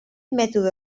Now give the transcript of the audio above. mètode